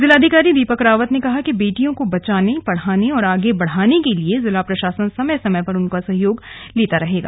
जिलाधिकारी दीपक रावत ने कहा कि बेटियो को बचाने पढ़ाने और आगे बढ़ाने के लिए जिला प्रशासन समय समय पर उनका सहयोग लेगा